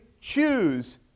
choose